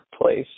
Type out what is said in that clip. place